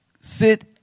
sit